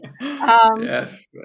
Yes